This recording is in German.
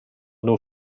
nur